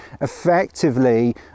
effectively